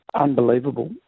unbelievable